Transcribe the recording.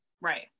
right